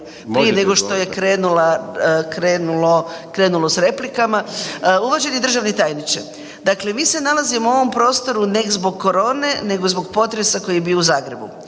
Prije nego što je krenulo s replikama, uvaženi državni tajniče, dakle mi se nalazimo u ovom prostoru ne zbog korone nego zbog potresa koji je bio u Zagrebu.